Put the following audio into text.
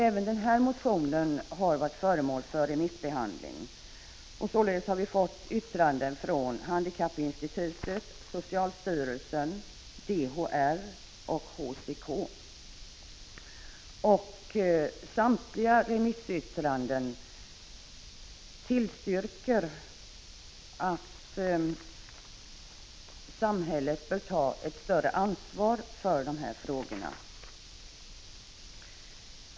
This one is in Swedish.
Även den motionen har varit föremål för remissbehandling, och vi har fått in yttranden från Handikappinstitutet, socialstyrelsen, DHR och HCK. Samtliga remissyttranden tillstyrker att samhället bör ta ett större ansvar för de här frågorna.